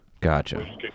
gotcha